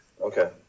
Okay